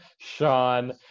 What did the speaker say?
Sean